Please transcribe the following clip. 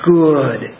good